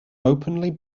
openly